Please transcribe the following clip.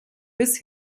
bis